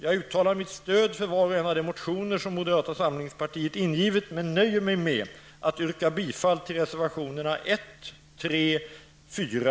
Jag uttalar mitt stöd för var och en av de motioner moderata samlingspartiet ingivit, men nöjer mig nu med att yrka bifall till reservationerna